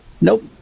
Nope